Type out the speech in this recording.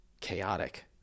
chaotic